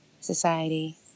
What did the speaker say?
society